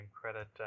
credit